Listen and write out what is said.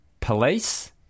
police